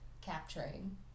capturing